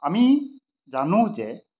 আমি জানো যে